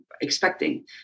expecting